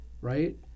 Right